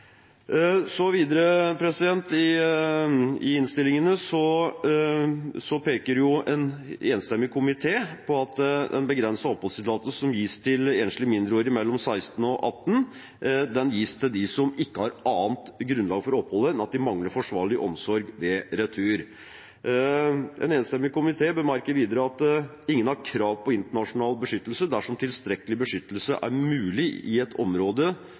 Videre: I den neste innstillingen peker en enstemmig komité på at den begrensede oppholdstillatelsen som gis enslige mindreårige mellom 16 og 18 år, gis til dem som ikke har annet grunnlag for oppholdet enn at de mangler forsvarlig omsorg ved retur. En enstemmig komité bemerker videre at ingen har krav på internasjonal beskyttelse dersom tilstrekkelig beskyttelse er mulig i et område